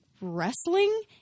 wrestling